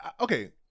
Okay